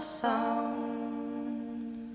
sound